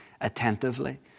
attentively